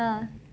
!huh!